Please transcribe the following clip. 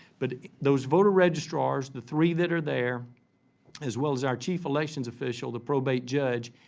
but those voter registrars, the three that are there as well as our chief elections official, the probate judge,